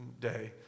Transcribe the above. day